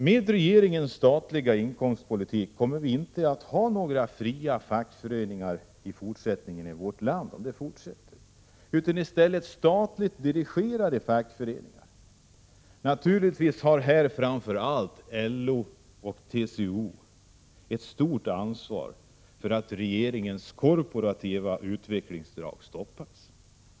Om regeringens statliga inkomstpolitik fortsätter, kommer vi inte att ha några fria fackföreningar i fortsättningen i vårt land, utan i stället statligt dirigerade fackföreningar. Naturligtvis har här LO och TCO ett stort ansvar för att regeringens korporativa utvecklingsdrag stoppas. I annat fall kan det — Prot.